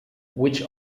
which